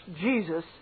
Jesus